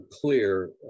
clear